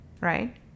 right